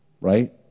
right